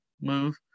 move